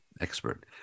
expert